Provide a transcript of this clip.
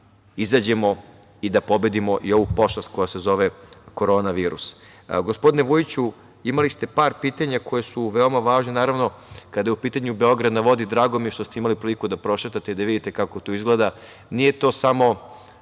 izađemo i da pobedimo i ovu pošast koja se zove korona virus. Gospodine Vujiću, imali ste par pitanja koja su veoma važna. Naravno, kada je u pitanju „Beograd na vodi“ drago mi je što ste imali priliku da prošetate i da vidite kako to izgleda. Nije to samo